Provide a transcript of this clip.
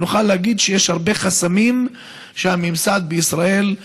אנחנו נוכל להגיד שיש הרבה חסמים, שהממסד בישראל,